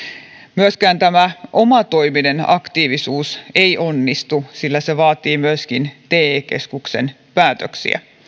myöskään omatoiminen aktiivisuus ei onnistu sillä se vaatii te keskuksen päätöksiä